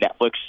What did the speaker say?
Netflix